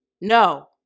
No